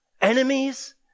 enemies